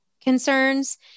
concerns